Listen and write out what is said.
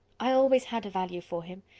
i always had a value for him.